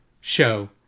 show